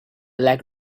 like